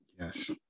Yes